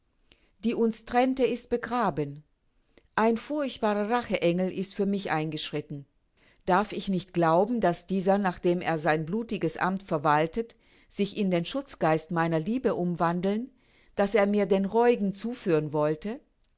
die uns trennte ist begraben ein furchtbarer rache engel ist für mich eingeschritten darf ich nicht glauben daß dieser nachdem er sein blutiges amt verwaltet sich in den schutzgeist meiner liebe umwandeln daß er mir den reuigen zuführen wollte